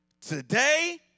today